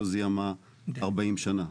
לא זיהמה 40 שנה,